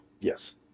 yes